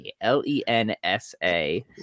L-E-N-S-A